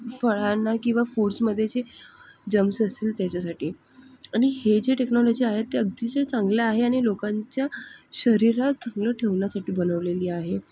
फळांना किंवा फूडस्मध्ये जे जम्स असतील त्याच्यासाठी आणि हे जे टेक्नॉलॉजी आहे ते अतिशय चांगलं आहे आणि लोकांच्या शरीर चांगलं ठेवण्यासाठी बनवलेली आहे